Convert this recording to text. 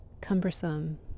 cumbersome